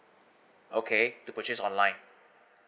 okay to purchase online